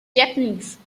japanese